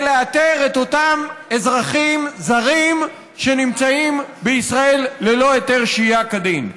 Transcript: לאתר את אותם אזרחים זרים שנמצאים בישראל ללא היתר שהייה כדין.